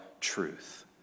Truth